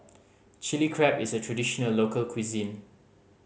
Chilli Crab is a traditional local cuisine